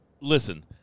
Listen